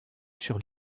sur